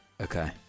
Okay